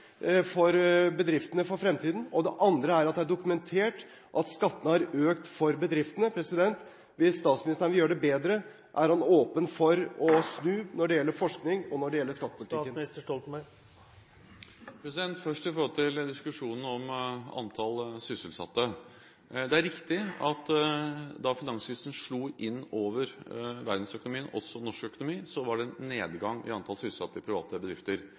for bedriftene i fremtiden. For det andre er det dokumentert at skattene for bedriftene har økt. Vil statsministeren gjøre det bedre? Er han åpen for å snu når det gjelder forskning, og når det gjelder skattepolitikken? Først til diskusjonen om antall sysselsatte. Det er riktig at da finanskrisen slo inn over verdensøkonomien, også norsk økonomi, var det en nedgang i antall sysselsatte i private bedrifter.